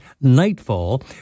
Nightfall